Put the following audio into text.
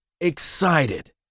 excited